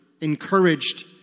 Encouraged